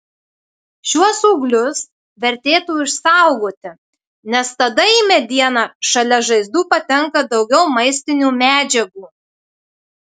šiuos ūglius vertėtų išsaugoti nes tada į medieną šalia žaizdų patenka daugiau maistinių medžiagų